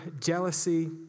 jealousy